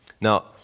Now